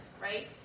right